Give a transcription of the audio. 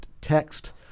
text